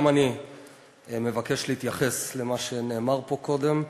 גם אני מבקש להתייחס למה שנאמר פה קודם,